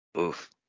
Oof